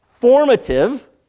formative